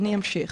אני אמשיך.